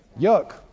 Yuck